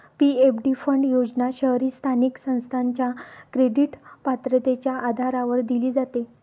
PFD fund योजना शहरी स्थानिक संस्थेच्या क्रेडिट पात्रतेच्या आधारावर दिली जाते